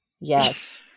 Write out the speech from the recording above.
Yes